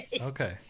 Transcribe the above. Okay